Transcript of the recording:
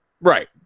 Right